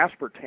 aspartame